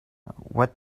what